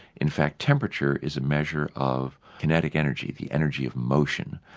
in fact temperature is a measure of kinetic energy, the energy of motion.